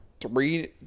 three –